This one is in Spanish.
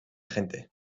gente